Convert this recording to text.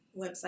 website